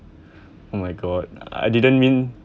oh my god I didn't mean